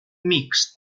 mixt